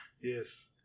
Yes